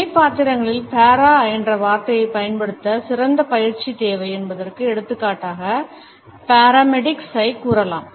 துணை பாத்திரங்களில் para என்ற வார்த்தையை பயன்படுத்த சிறந்த பயிற்சி தேவை என்பதற்கு எடுத்துக்காட்டாக paramedics ஐக் கூறலாம்